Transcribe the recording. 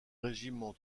régiments